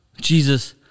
Jesus